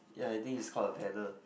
ya I think it's call a paddle